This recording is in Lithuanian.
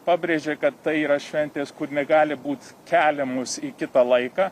pabrėžė kad tai yra šventės kur negali būt keliamos į kitą laiką